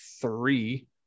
three